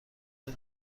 بهت